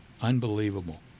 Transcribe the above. Unbelievable